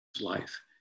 life